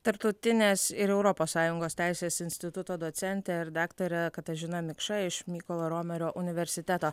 tarptautinės ir europos sąjungos teisės instituto docentė ir daktarė katažina mikša iš mykolo romerio universiteto